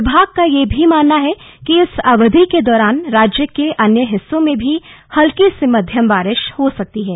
विभाग का यह भी मानना है कि इस अवधि के दौरान राज्य के अन्य हिस्सों में भी हल्की से मध्यम बारिश हो सकती है